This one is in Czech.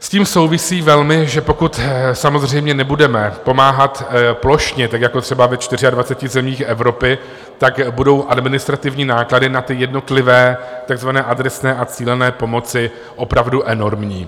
S tím souvisí velmi, že pokud samozřejmě nebudeme pomáhat plošně tak jako třeba ve 24 zemích Evropy, tak budou administrativní náklady na jednotlivé takzvané adresné a cílené pomoci opravdu enormní.